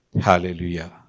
Hallelujah